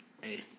hey